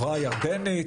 בירדן.